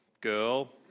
Girl